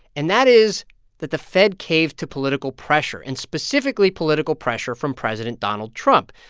and that is that the fed caved to political pressure and specifically political pressure from president donald trump.